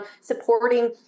supporting